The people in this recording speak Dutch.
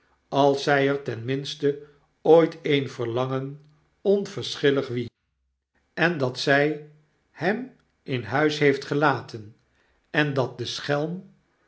als zij er ten minste ooit een verlangen onverschillig wie en dat zy hem in huis heeft gelaten en dat de schelm